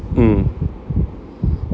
mm